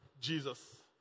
Jesus